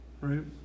right